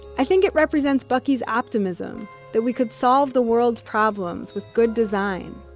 i think it represents bucky's optimism that we could solve the world's problems with good design.